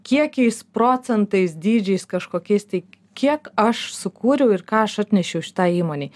kiekiais procentais dydžiais kažkokiais tai kiek aš sukūriau ir ką aš atnešiau šitai įmonei